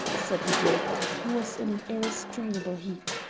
said the duke, who was in an ir-restrainable heat.